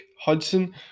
Hudson